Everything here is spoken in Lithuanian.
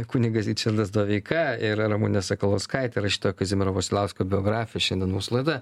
kunigas ričardas doveika ir ramunė sakalauskaitė rašytoja kazimiero vasiliausko biografė šiandien mūsų laidoje